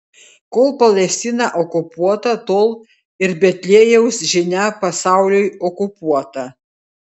kol palestina okupuota tol ir betliejaus žinia pasauliui okupuota